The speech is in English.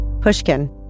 Pushkin